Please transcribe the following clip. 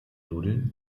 nudeln